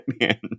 man